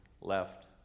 left